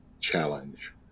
challenge